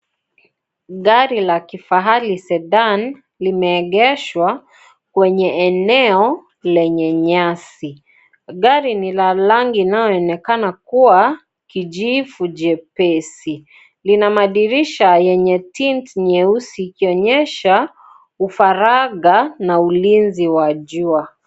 Gari la kifahari sedan limeegeshwa kwenye leneo enye nyasi. Gari ni la rangi inayoonekana kuwa kijivu jepesi. Lina madirisha yenye tint nyeusi ikionyesha ufaragha na ulinzi wa jua.